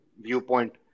viewpoint